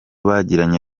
bagiranye